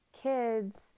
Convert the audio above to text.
kids